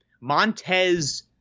Montez